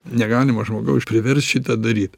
negalima žmogaus priverst šitą daryt